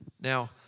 Now